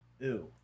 Ew